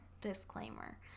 disclaimer